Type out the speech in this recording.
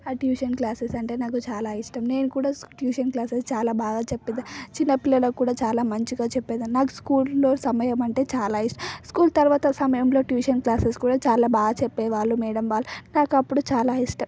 ఆ tuition classes అంటే నాకు చాలా ఇష్టం నేను కూడా ట్యూషన్ క్లాసెస్ చాలా బాగా చెప్పేదాన్ని చిన్నపిల్లలకి కూడా మంచిగా చెప్పేదాన్ని నాకు స్కూల్లో సమయం అంటే చాలా ఇష్టం స్కూల్ తరవాతి సమయంలో ట్యూషన్ క్లాసెస్ కూడా చాలా బాగా చెప్పేవాళ్ళు మేడమ్ వాళ్ళు నాకు అప్పుడు చాలా ఇష్టం